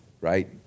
right